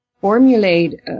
formulate